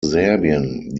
serbien